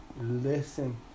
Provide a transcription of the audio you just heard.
listen